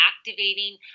activating